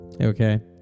Okay